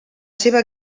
seva